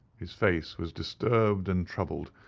his face was disturbed and troubled,